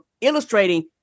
illustrating